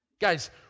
Guys